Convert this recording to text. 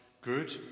good